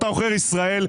אתה עוכר ישראל.